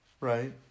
Right